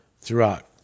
throughout